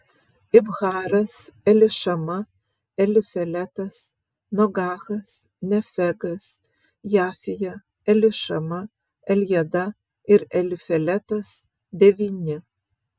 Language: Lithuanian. ibharas elišama elifeletas nogahas nefegas jafija elišama eljada ir elifeletas devyni